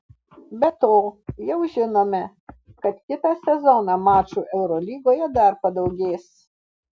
be to jau žinome kad kitą sezoną mačų eurolygoje dar padaugės